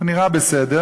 הוא נראה בסדר,